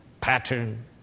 pattern